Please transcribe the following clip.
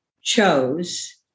chose